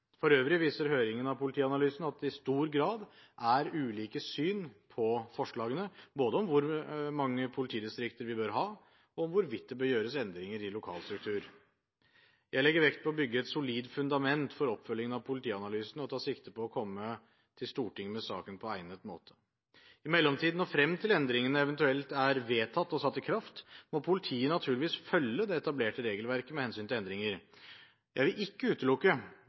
For øvrig viser høringen av politianalysen at det i stor grad er ulike syn på forslagene, både om hvor mange politidistrikter vi bør ha, og om hvorvidt det bør gjøres endringer i lokal struktur. Jeg legger vekt på å bygge et solid fundament for oppfølgingen av politianalysen og tar sikte på å komme til Stortinget med saken på egnet måte. I mellomtiden, frem til endringene eventuelt er vedtatt og satt i kraft, må politiet naturligvis følge det etablerte regelverket med hensyn til endringer. Jeg vil ikke utelukke